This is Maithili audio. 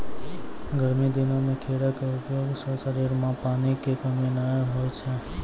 गर्मी दिनों मॅ खीरा के उपयोग सॅ शरीर मॅ पानी के कमी नाय होय छै